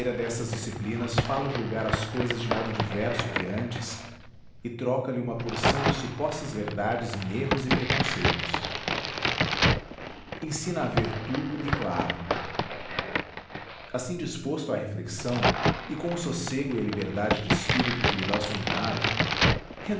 destas disciplinas fá-lo julgar as cousas de modo diverso que antes e troca lhe uma porção de supostas verdades em erros e preconceitos ensina a ver tudo e claro assim disposto à reflexão e com o sossego e a liberdade de espírito que lhe dá o seminário